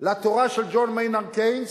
לתורה של ג'ון מיינרד קיינס,